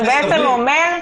אתה בעצם אומר,